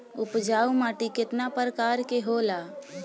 उपजाऊ माटी केतना प्रकार के होला?